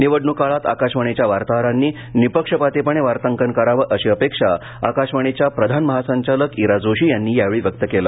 निवडणूक काळात आकाशवाणीच्या वार्ताहरानीं निःपक्षपातीपणे वार्ताकन करावे अशी अपेक्षा आकाशवाणीच्या प्रधान महासंचालक इरा जोशी त्यांनी यावेळी व्यक्त केली